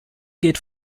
geht